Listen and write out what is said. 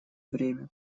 время